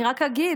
אני רק אגיד,